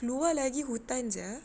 keluar lagi hutan sia